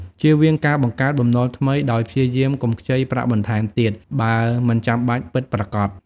ជៀសវាងការបង្កើតបំណុលថ្មី ដោយព្យាយាមកុំខ្ចីប្រាក់បន្ថែមទៀត បើមិនចាំបាច់ពិតប្រាកដ។